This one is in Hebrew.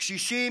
קשישים,